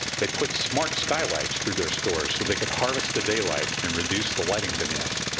they put smart skylights through their stores so they could harvest the daylight and reduce the lighting demands.